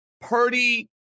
Purdy